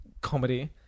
comedy